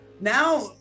now